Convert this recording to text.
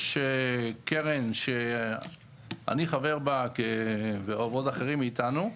יש קרן שאני חבר בה ועוד אחרים איתנו.